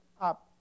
up